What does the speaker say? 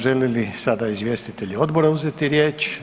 Žele li sada izvjestitelji odbora uzeti riječ?